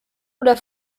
oder